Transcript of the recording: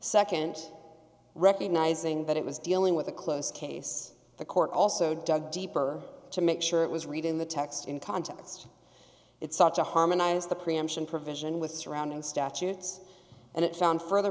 services nd recognizing that it was dealing with a close case the court also dug deeper to make sure it was read in the text in context it's such a harmonize the preemption provision with surrounding statutes and it found further